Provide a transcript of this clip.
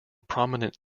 prominent